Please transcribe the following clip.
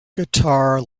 guitar